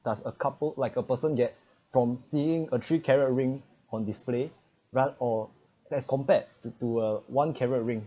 does a couple like a person get from seeing a three carat ring on display rat~ or that's compared to to uh one carrot ring